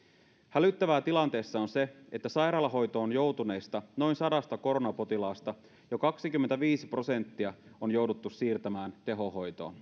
hälyttävää tilanteessa on se että sairaalahoitoon joutuneista noin sadasta koronapotilaasta jo kaksikymmentäviisi prosenttia on jouduttu siirtämään tehohoitoon